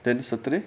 then saturday